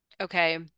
okay